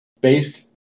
based